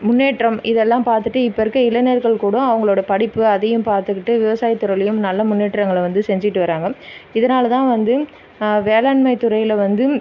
முன்னேற்றம் இதெல்லாம் பார்த்துட்டு இப்போ இருக்க இளைஞர்கள் கூட அவங்களோட படிப்பு அதையும் பார்த்துக்கிட்டு விவசாயத்துறையிலையும் நல்ல முன்னேற்றங்களை வந்து செஞ்சிகிட்டு வராங்க இதனால் தான் வந்து வேளாண்மை துறையில் வந்து